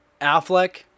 Affleck